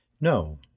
No